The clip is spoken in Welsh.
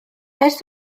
ers